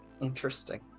Interesting